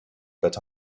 that